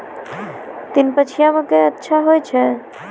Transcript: तीन पछिया मकई अच्छा होय छै?